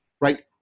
right